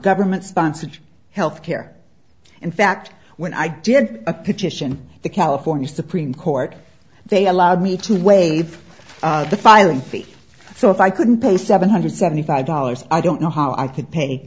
government sponsored health care in fact when i did a petition the california supreme court they allowed me to waive the filing fee so if i couldn't pay seven hundred seventy five dollars i don't know how i could pay